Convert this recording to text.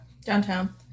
downtown